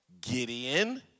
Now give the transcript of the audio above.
Gideon